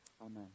amen